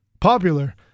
popular